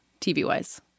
TV-wise